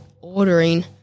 ordering